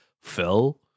Phil